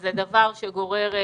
וזה דבר שגורר דבר,